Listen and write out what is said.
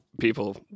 people